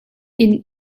inn